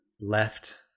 left